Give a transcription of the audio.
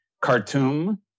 Khartoum